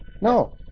No